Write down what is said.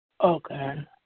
Okay